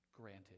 granted